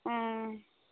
ᱚᱸᱻ